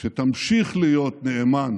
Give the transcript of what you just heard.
שתמשיך להיות נאמן